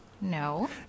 No